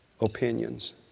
opinions